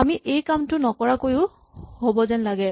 আমি এইটো কাম নকৰাকৈয়ো হ'ব যেন লাগে